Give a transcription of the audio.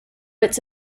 it’s